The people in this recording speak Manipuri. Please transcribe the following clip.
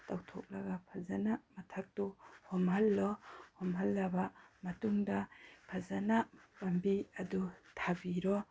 ꯇꯧꯊꯣꯛꯂꯒ ꯐꯖꯅ ꯃꯊꯛꯇꯨ ꯍꯣꯝꯍꯜꯂꯣ ꯍꯣꯝꯍꯜꯂꯕ ꯃꯇꯨꯡꯗ ꯐꯖꯅ ꯄꯥꯝꯕꯤ ꯑꯗꯨ ꯊꯥꯕꯤꯔꯣ